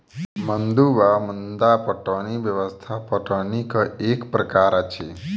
मद्दु वा मद्दा पटौनी व्यवस्था पटौनीक एक प्रकार अछि